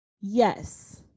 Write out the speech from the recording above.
Yes